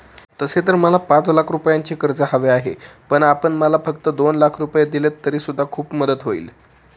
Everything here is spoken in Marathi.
तसे तर मला पाच लाख रुपयांचे कर्ज हवे आहे, पण आपण मला फक्त दोन लाख रुपये दिलेत तरी सुद्धा खूप मदत होईल